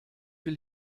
will